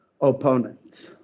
opponents